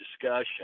discussion